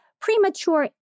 premature